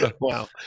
Wow